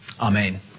Amen